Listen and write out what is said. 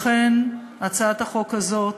לכן, הצעת החוק הזאת